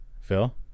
Phil